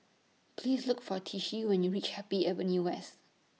Please Look For Tishie when YOU REACH Happy Avenue West